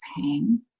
pain